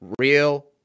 real